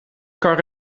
kar